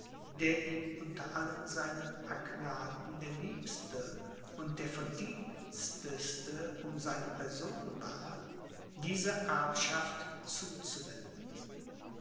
der ihm unter allen seinen agnaten der liebste und der verdienteste um seine person war diese erbschaft zuzuwenden